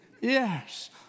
Yes